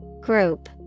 Group